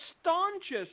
staunchest